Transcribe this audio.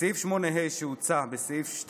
בסעיף 8ה שהוצע בסעיף 2